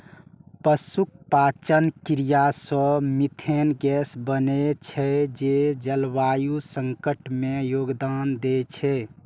पशुक पाचन क्रिया सं मिथेन गैस बनै छै, जे जलवायु संकट मे योगदान दै छै